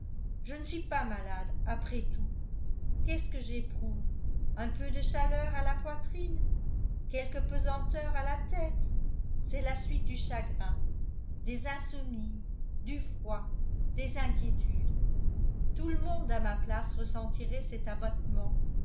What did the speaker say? je ne suis pas malade après tout qu'est-ce que j'éprouve un peu de chaleur à la poitrine quelque pesanteur à la tête c'est la suite du chagrin des insomnies du froid des inquiétudes tout le monde à ma place ressentirait cet abattement